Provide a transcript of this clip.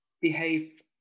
behave